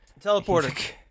Teleporter